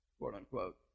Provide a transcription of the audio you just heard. quote-unquote